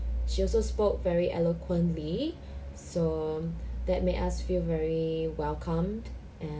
she also spoke very eloquently so that made us feel very welcomed